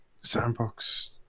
Sandbox